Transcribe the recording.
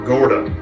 Gorda